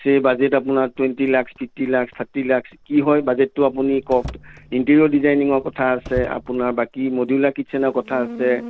সেই বাজেট আপুনি twenty lakhs fifty lakhs thirty lakhs কি হয় বাজেটটো আপুনি কওক ইণ্টিৰিয়'ৰ ডিজাইনিঙৰ কথা আছে আপোনাৰ বাকী মডিউলাৰ কিটচেনৰ কথা আছে